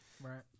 right